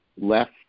left